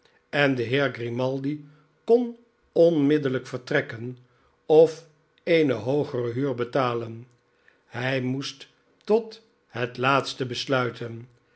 en de heer grimaldi kon onmiddellijk vertrekken of eene hoogere huur betalen hij moest tot het laatste besluiten